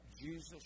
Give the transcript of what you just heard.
Jesus